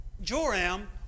Joram